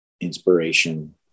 inspiration